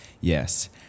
yes